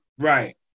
Right